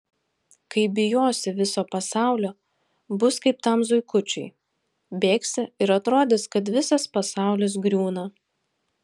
kai bijosi viso pasaulio bus kaip tam zuikučiui bėgsi ir atrodys kad visas pasaulis griūna